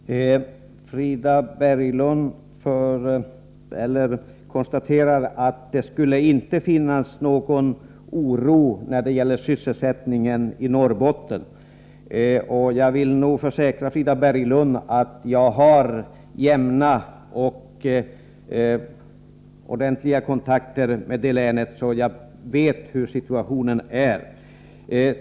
Herr talman! Frida Berglund säger sig konstatera att det inte skulle finnas någon oro när det gäller sysselsättningen i Norrbotten. Jag vill försäkra Frida Berglund att jag har jämna och ordentliga kontakter med det länet. Jag vet alltså hurdan situationen är.